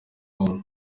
kongo